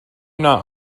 not